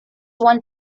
one